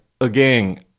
again